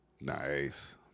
Nice